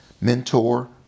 mentor